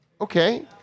Okay